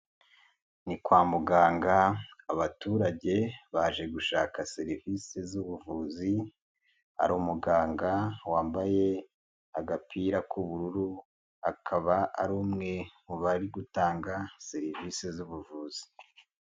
Ni kwa muganga abaturage baje gushaka serivisi z'ubuvuzi, hari umuganga wambaye agapira k'ubururu, akaba ari umwe mu bari gutanga serivisi z'ubuvuzi.